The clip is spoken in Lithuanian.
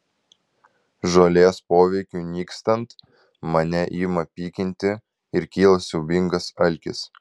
žolės poveikiui nykstant mane ima pykinti ir kyla siaubingas alkis